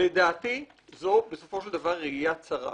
לדעתי זו בסופו של דבר ראייה צרה.